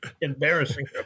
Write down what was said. embarrassing